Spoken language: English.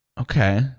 Okay